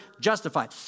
justified